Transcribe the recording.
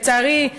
לצערי,